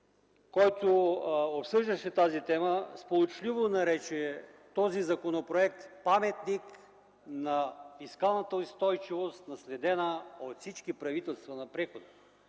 който обсъждаше тази тема, сполучливо нарече този законопроект „паметник на фискалната устойчивост, наследена от всички правителства на прехода”.